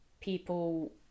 people